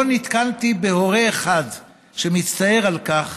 ולא נתקלתי בהורה אחד שמצטער על כך